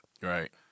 Right